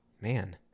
Man